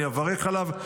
אני אברך עליו.